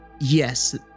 yes